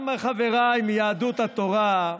גם חבריי מיהדות התורה,